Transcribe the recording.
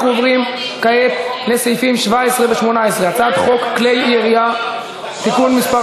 אנחנו עוברים כעת לסעיפים 17 ו-18: הצעת חוק כלי הירייה (תיקון מס'